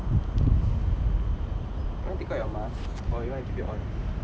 you want to take out your mask or you want to keep it on